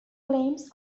claims